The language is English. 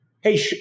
Hey